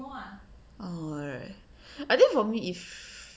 oh right I think for me if